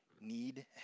need